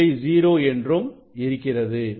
0 என்றும் இருக்கிறது